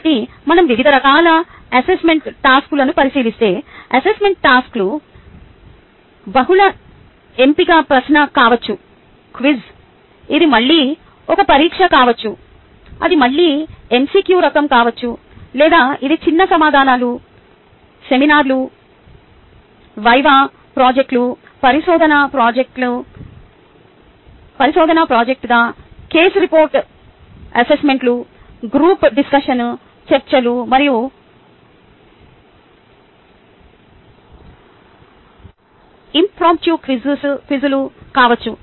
కాబట్టి మనం వివిధ రకాల అసెస్మెంట్ టాస్క్లను పరిశీలిస్తే అసెస్మెంట్ టాస్క్లు బహుళ ఎంపిక ప్రశ్న కావచ్చు క్విజ్ ఇది మళ్ళీ ఒక పరీక్ష కావచ్చు అది మళ్లీ MCQ రకం కావచ్చు లేదా ఇది చిన్న సమాధానాలు సెమినార్లు వివా ప్రాజెక్టులు పరిశోధన ప్రాజెక్ట్ లేదా కేస్ రిపోర్ట్ అసైన్మెంట్లు గ్రూప్ డిస్కషన్ చర్చలు మరియు ఆశువుగా క్విజ్లు కావచ్చు